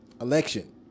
election